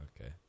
Okay